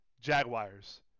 Jaguars